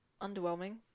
underwhelming